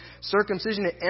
circumcision